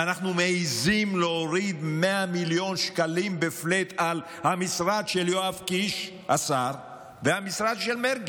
אנחנו מעיזים להוריד 100 מיליון שקלים בפלאט על המשרד של השר יואב קיש